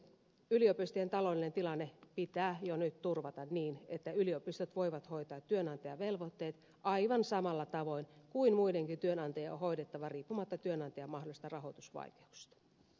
yliopistojen taloudellinen tilanne pitää jo nyt turvata niin että yliopistot voivat hoitaa työantajan velvoitteet aivan samalla tavoin kuin muidenkin työnantajien on hoidettava riippumatta työnantajan mahdollisista rahoitusvaikeuksista